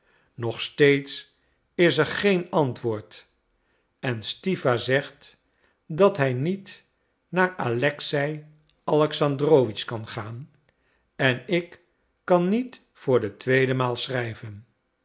nog steeds is er geen antwoord en stiwa zegt dat hij niet naar alexei alexandrowitsch kan gaan en ik kan niet voor de tweede maal schrijven